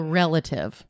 relative